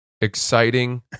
exciting